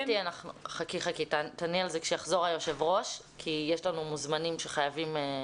תעני על זה כשיחזור היושב ראש כי יש לנו מוזמנים שחייבים להתייחס.